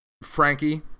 Frankie